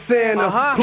Santa